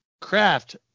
Craft